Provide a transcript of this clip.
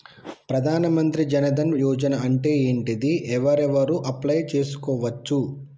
ప్రధాన మంత్రి జన్ ధన్ యోజన అంటే ఏంటిది? ఎవరెవరు అప్లయ్ చేస్కోవచ్చు?